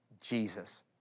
Jesus